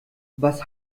was